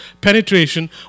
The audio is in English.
Penetration